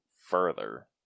further